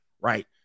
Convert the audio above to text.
Right